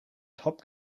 top